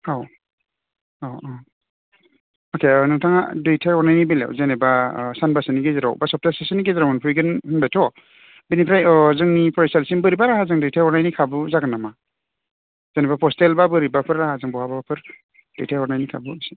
औ औ उम अके नोंथाङा दैथाइ हरनायनि बेलायाव जेनेबा ओह सानबासोनि गेजेराव बा सब्तासेसोनि गेजेराव मोनफैगोन होनबायथ' बेनिफ्राय अह जोंनि फरायसालिसिम बोरैबा राहाजों दैथाइ हरनायनि खाबु जागोन नामा जेनेबा पस्टेल बा बोरैबाफोर राहाजों बहाबाफोर दैथाइ हरनायनि खाबु इसे